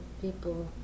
people